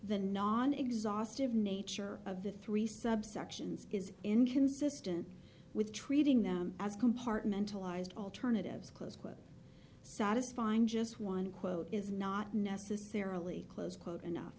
the non exhaustive nature of the three subsections is inconsistent with treating them as compartmentalize alternatives close quote satisfying just one quote is not necessarily close quote enough